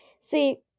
see